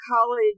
college